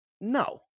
No